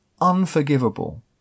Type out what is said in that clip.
unforgivable